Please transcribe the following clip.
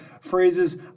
phrases